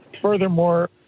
Furthermore